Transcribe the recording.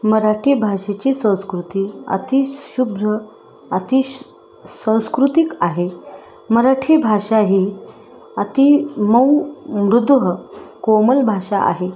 मराठी भाषेची संस्कृती अतिशुभ्र अतिशय संस्कृतिक आहे मराठी भाषा ही अति मऊ मृदु कोमल भाषा आहे